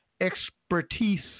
expertise